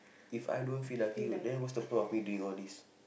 If I don't feel lucky then what's the point of me doing all these